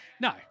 No